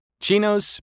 chinos